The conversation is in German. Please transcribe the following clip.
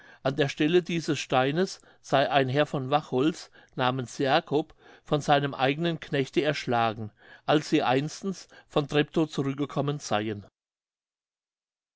an der stelle dieses steines sey ein herr von wachholz namens jacob von seinem eigenen knechte erschlagen als sie einstens von treptow zurückgekommen seyen